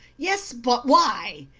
yes but why?